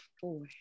four